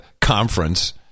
conference